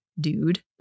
Dude